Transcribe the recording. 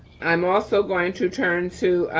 i'm also going to turn to.